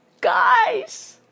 Guys